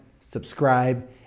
subscribe